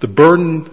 the burden